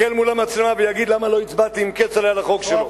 יסתכל מול המצלמה ויגיד: למה לא הצבעתי עם כצל'ה על החוק שלו.